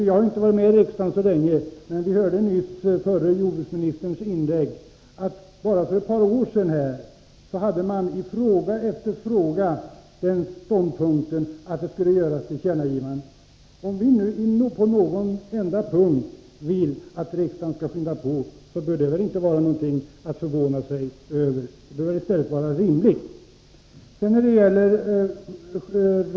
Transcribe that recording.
Jag har inte suttit i riksdagen så länge att jag kan uttala mig, men vi hörde nyss av förre jordbruksministern att socialdemokraterna bara för ett par år sedan i fråga efter fråga framförde ståndpunkten att riksdagen skulle göra tillkännagivanden. Om vi nu på någon enda punkt vill att riksdagen skall skynda på regeringen, bör väl inte detta vara något att förvåna sig över utan i stället betraktas som rimligt.